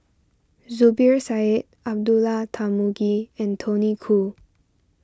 Zubir Said Abdullah Tarmugi and Tony Khoo